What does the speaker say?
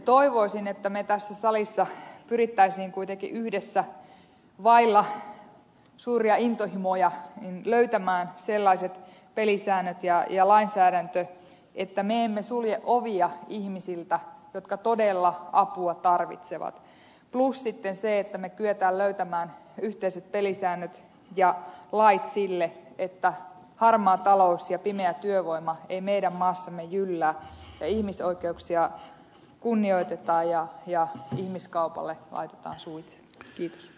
toivoisin että me tässä salissa pyrkisimme kuitenkin yhdessä vailla suuria intohimoja löytämään sellaiset pelisäännöt ja lainsäädännön että emme sulje ovia ihmisiltä jotka todella apua tarvitsevat plus sitten se että me kykenemme löytämään yhteiset pelisäännöt ja lait sille että harmaa talous ja pimeä työvoima ei meidän maassamme jyllää ja ihmisoikeuksia kunnioitetaan ja ihmiskaupalle laitetaan suitset kiitos